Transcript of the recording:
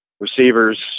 receivers